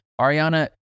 Ariana